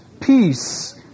peace